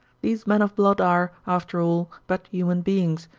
these men of blood are, after all, but human beings,